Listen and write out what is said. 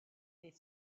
est